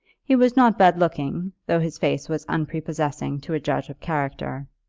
he was not bad-looking, though his face was unprepossessing to a judge of character.